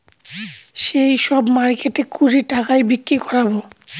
সেই সব মার্কেটে কুড়ি টাকায় বিক্রি করাবো